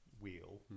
Wheel